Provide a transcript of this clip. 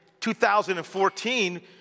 2014